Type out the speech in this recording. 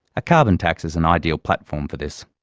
a carbon tax is an ideal platform for this.